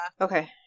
Okay